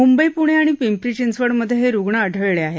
मुंबई पूणे आणि पिंपरी चिंचवड मध्ये हे रुग्ण आढळले आहेत